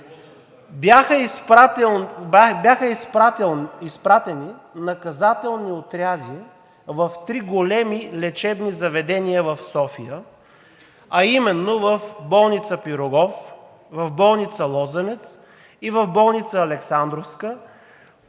Бяха изпратени наказателни отряди в три големи лечебни заведения в София, а именно в болниците „Пирогов“, „Лозенец“ и „Александровска“,